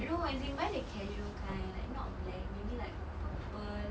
no as in can buy the casual kind like not black maybe like purple